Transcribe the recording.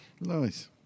Nice